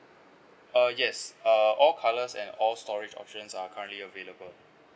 uh yes uh all colours and all storage options are currently available